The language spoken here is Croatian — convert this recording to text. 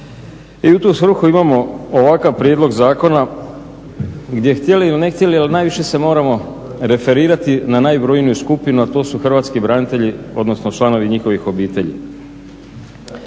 I u tu svrhu imamo ovakav prijedlog zakona gdje htjeli ili ne htjeli ali najviše se moramo referirati na najbrojniju skupinu, a to su hrvatski branitelji, odnosno članovi njihovih obitelji.